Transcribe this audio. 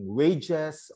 wages